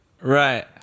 right